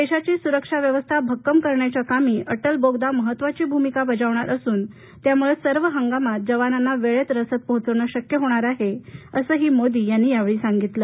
देशाची सुरक्षा व्यवस्था भक्कम करण्याच्या कामी अटल बोगदा महत्त्वाची भूमिका बजावणार असून त्यामुळे सर्व हंगामात जवानांना वेळेत रसद पोहोचविण शक्य होणार आहे असं ही मोदी यांनी या वेळी सांगितलं